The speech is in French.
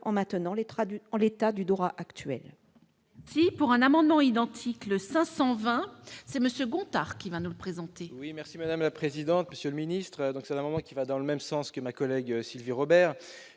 en maintenant en l'état le droit actuel.